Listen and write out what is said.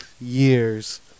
years